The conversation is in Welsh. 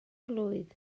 blwydd